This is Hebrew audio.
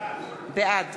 בעד